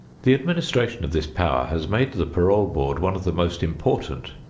the administration of this power has made the parole board one of the most important,